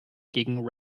gegen